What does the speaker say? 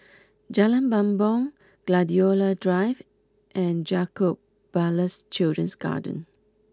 Jalan Bumbong Gladiola Drive and Jacob Ballas Children's Garden